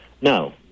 No